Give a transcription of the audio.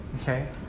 Okay